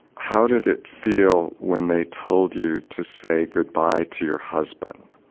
how did it feel when they told you to say goodbye to your husband.